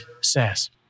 says